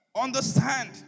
Understand